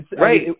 Right